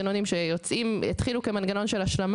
או אחר ממנגנונים שהתחילו כמנגנון של השלמה